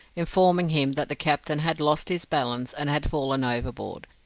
informing him that the captain had lost his balance, and had fallen overboard,